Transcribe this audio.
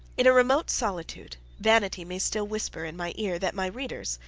in a remote solitude, vanity may still whisper in my ear, that my readers,